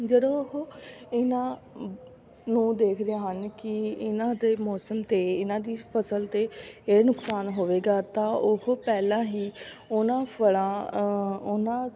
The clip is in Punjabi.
ਜਦੋਂ ਉਹ ਇਹਨਾਂ ਨੂੰ ਦੇਖਦੇ ਹਨ ਕਿ ਇਹਨਾਂ ਦੇ ਮੌਸਮ 'ਤੇ ਇਹਨਾਂ ਦੀ ਫਸਲ 'ਤੇ ਇਹ ਨੁਕਸਾਨ ਹੋਵੇਗਾ ਤਾਂ ਉਹ ਪਹਿਲਾਂ ਹੀ ਉਹਨਾਂ ਫਲਾਂ ਉਹਨਾਂ